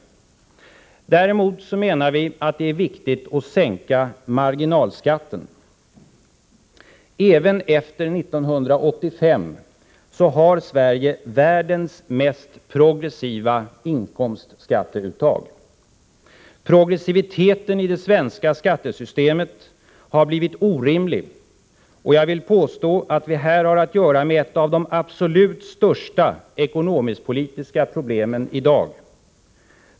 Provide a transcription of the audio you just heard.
Däremot menar vi att det är viktigt att sänka marginalskatten. Även efter 1985 har Sverige världens mest progressiva inkomstskatteuttag. Progressiviteten i det svenska skattesystemet har blivit orimlig. Jag vill påstå att vi här har att göra med ett av de absolut största ekonomisk-politiska problemen i dag.